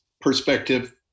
perspective